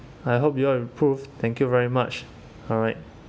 I hope you will improve thank you very much alright